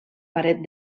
paret